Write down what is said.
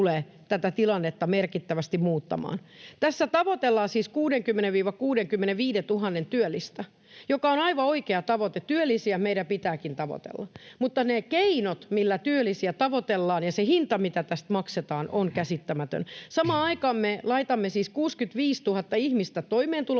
siis 60 000—65 000 työllistä, joka on aivan oikea tavoite. Työllisiä meidän pitääkin tavoitella, mutta ne keinot, millä työllisiä tavoitellaan, ja se hinta, mitä tästä maksetaan, on käsittämätön. Samaan aikaan me laitamme siis 65 000 ihmistä toimeentulotuelle ja